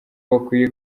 bakwiye